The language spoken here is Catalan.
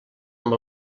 amb